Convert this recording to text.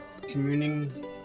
communing